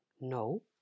No